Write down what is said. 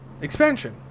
expansion